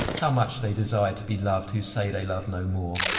how much they desire to be loved who say they love no more!